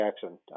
Jackson